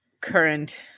current